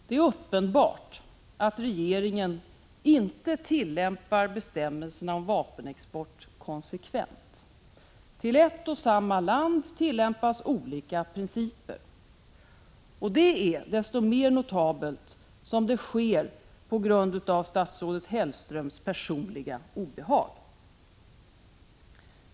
Det är uppenbart att regeringen inte tillämpar bestämmelserna om vapenexport konsekvent. För ett och samma land tillämpas olika principer. Det är desto mer notabelt som det sker på grund av statsrådet Hellströms personliga obehag.